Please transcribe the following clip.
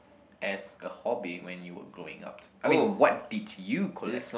as a hobby when you were growing up I mean what did you collect